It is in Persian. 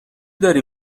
داری